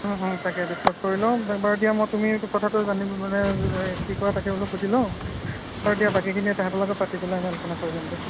তাকে ডিছকাছ কৰি লওঁ বাৰু দিয়া মই তুমি কথাটো মানে কি কোৱা তাকে বুলো সুধি লওঁ আৰু দিয়া বাকীখিনি তাহাঁতৰ লগত পাতি পেলাই আমি আলোচনা কৰি ল'ম দিয়া